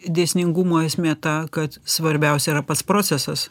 dėsningumo esmė ta kad svarbiausia yra pats procesas